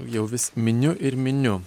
jau vis miniu ir miniu